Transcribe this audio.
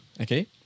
okay